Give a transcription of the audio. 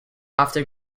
after